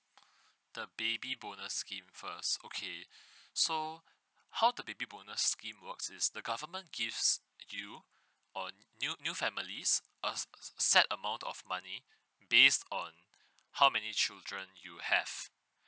the baby bonus scheme first okay so how the baby bonus scheme works is the government gives you a new new families uh set amount of money based on how many children you have